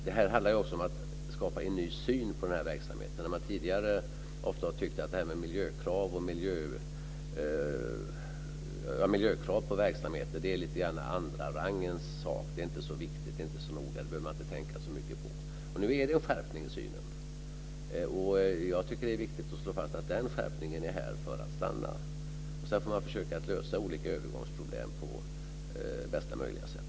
Det handlar också om att skapa en ny syn på verksamheten. Tidigare tyckte man ofta att miljökrav på verksamheter var en andra rangens sak, att det inte var så viktigt och noga och man behövde inte tänka så mycket på det. Nu är det en skärpning i synen. Jag tycker att det är viktigt att slå fast att den skärpningen är här för att stanna. Sedan får man försöka att lösa olika övergångsproblem på bästa möjliga sätt.